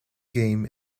game